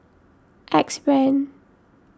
Axe Brand